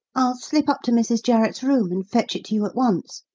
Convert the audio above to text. i'll slip up to mrs. jarret's room and fetch it to you at once.